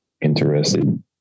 interested